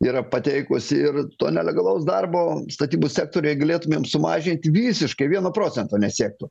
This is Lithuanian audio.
yra pateikusi ir to nelegalaus darbo statybų sektoriuj galėtumėm sumažinti visiškai vieno procento nesiektų